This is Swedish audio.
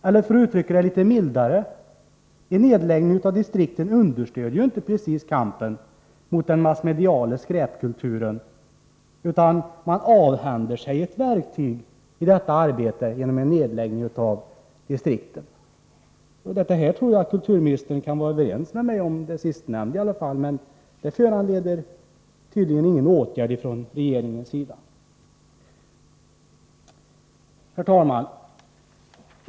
Eller, för att uttrycka det litet mildare: En nedläggning av distriktskontoren understödjer ju inte precis kampen mot den massmediala skräpkulturen, utan man avhänder sig ett verktyg i detta arbete. Det sistnämnda tror jag kulturministern kan vara överens med mig om, men det föranleder tydligen inte någon åtgärd från regeringens sida. Herr talman!